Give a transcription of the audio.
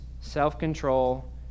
self-control